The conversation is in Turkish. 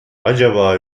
acaba